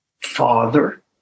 father